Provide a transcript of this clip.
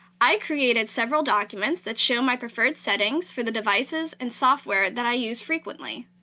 i created several documents that show my preferred settings for the devices and software that i use frequently.